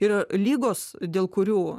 yra ligos dėl kurių